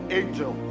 angel